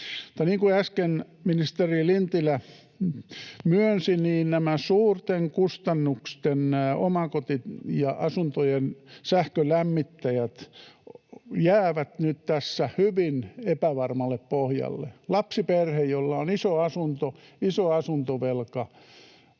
niin kuin äsken ministeri Lintilä myönsi, niin nämä suurten kustannusten omakoti- ja asuntojen sähkölämmittäjät jäävät nyt tässä hyvin epävarmalle pohjalle. Lapsiperheet, joilla on iso asunto,